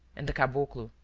and the caboclo,